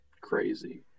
Crazy